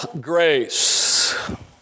grace